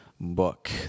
book